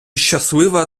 щаслива